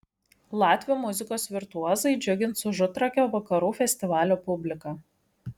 latvių muzikos virtuozai džiugins užutrakio vakarų festivalio publiką